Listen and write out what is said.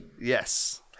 Yes